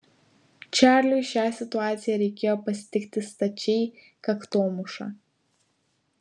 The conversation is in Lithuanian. čarliui šią situaciją reikėjo pasitikti stačiai kaktomuša